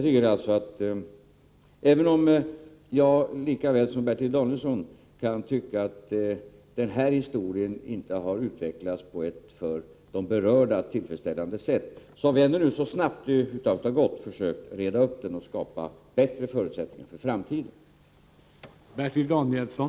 Även om jag lika väl som Bertil Danielsson kan tycka att den här frågan inte utvecklats på ett för de berörda tillfredsställande sätt, har vi ändå så snabbt det över huvud taget har gått försökt reda upp problemen och skapa bättre förutsättningar för framtiden.